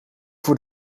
voor